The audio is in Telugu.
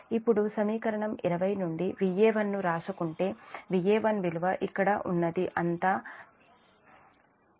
ఇప్పుడు సమీకరణం 20 నుండి Va1 ను రాసుకుంటే Va1 విలువ ఇక్కడ ఉన్నది అంతా 3